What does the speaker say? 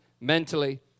mentally